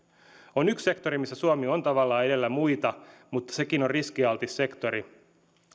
on yksi sektori millä suomi on tavallaan edellä muita mutta sekin on riskialtis sektori